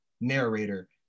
narrator